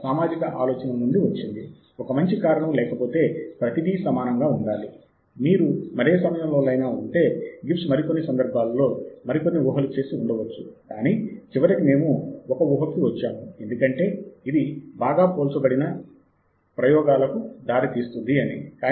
సాహిత్య శోధన అంటే గూగుల్ లో వెతికి పట్టి తెచ్చే సమాచారము అయితే కాదు